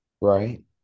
Right